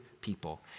people